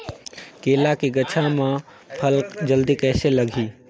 केला के गचा मां फल जल्दी कइसे लगही?